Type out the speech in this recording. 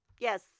Yes